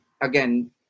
again